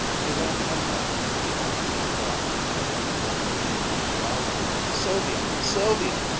he ran headlong to the edge of the dock and again called her name loudly, sylvia! sylvia!